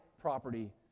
property